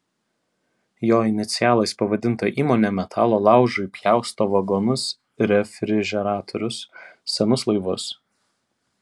jo inicialais pavadinta įmonė metalo laužui pjausto vagonus refrižeratorius senus laivus